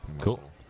Cool